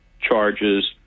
charges